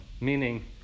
meaning